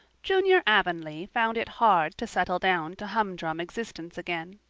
junior avonlea found it hard to settle down to humdrum existence again.